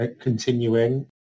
continuing